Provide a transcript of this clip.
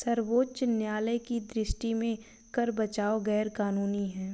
सर्वोच्च न्यायालय की दृष्टि में कर बचाव गैर कानूनी है